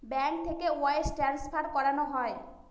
bank থেকে wire transfer করানো হয়